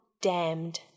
damned